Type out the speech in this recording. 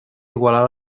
igualar